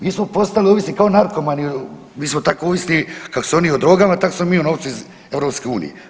Mi smo postali ovisni kao narkomani, mi smo tako ovisni kako su oni o drogama, tako smo mi o novcima iz EU.